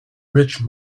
rich